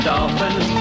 Dolphins